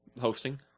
Hosting